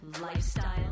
lifestyle